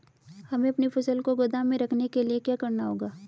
हमें अपनी फसल को गोदाम में रखने के लिये क्या करना होगा?